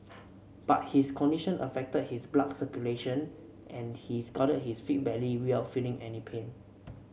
but his condition affected his blood circulation and he scalded his feet badly without feeling any pain